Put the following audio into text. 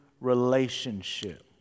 relationship